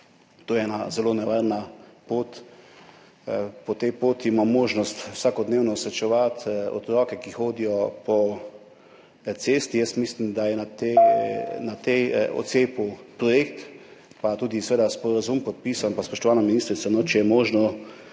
To je ena zelo nevarna pot. Na tej poti imam možnost vsakodnevno srečevati otroke, ki hodijo po cesti. Mislim, da je na tem odcepu projekt pa tudi sporazum podpisan. Spoštovana ministrica, če je možno,